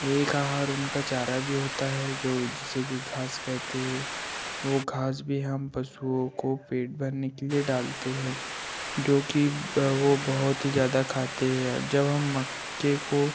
एक आहार उनका चारा भी होता है जो जिसे कि घास कहते हैं वो घास भी हम पशुओं को पेट भरने के लिए डालते है जो कि ब वो बहुत ही ज्यादा खाते हैं और जब हम मक्के को